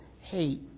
hate